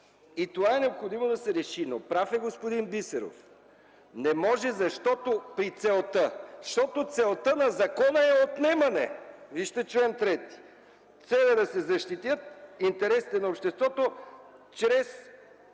И това е необходимо да се реши. Но прав е господин Бисеров – не може при целта, защото целта на закона е отнемане. Вижте чл. 3 – цел е да се защитят интересите на обществото,